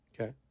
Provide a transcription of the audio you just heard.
okay